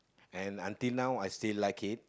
and until now I still like it